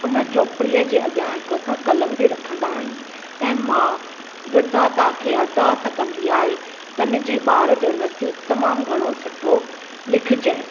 उन चौपड़ीअ जे अॻियां हिकु असां कलमु बि रखंदा आहियूं ऐं माउ विधाता के अरदास कंदी आहे त मुंहिंजे ॿारु जो नसीबु तमामु घणो सुठो लिखिजे